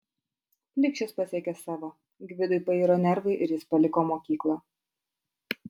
plikšis pasiekė savo gvidui pairo nervai ir jis paliko mokyklą